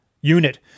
unit